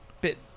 bit